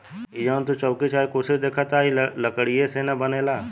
हइ जवन तू चउकी चाहे कुर्सी देखताड़ऽ इ लकड़ीये से न बनेला